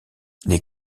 les